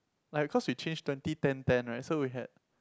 like cause we change twenty ten ten right so we had